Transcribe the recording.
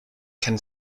can